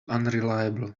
unreliable